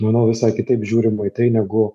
manau visai kitaip žiūrima į tai negu